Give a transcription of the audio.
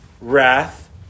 wrath